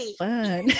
fun